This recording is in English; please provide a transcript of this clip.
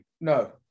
No